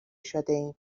شدهایم